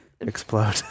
explode